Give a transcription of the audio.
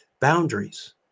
Boundaries